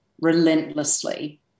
relentlessly